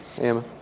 Emma